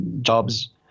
jobs